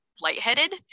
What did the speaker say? lightheaded